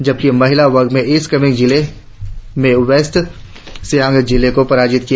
जबकि महिला वर्ग में ईस्ट कामेंग जिले में वेस्ट सियांग जिले को पराजित किया